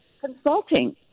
consulting